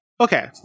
okay